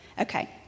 Okay